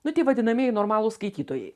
nu tie vadinamieji normalūs skaitytojai